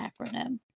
acronym